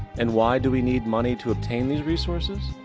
and why do we need money to obtain these resources?